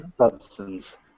substance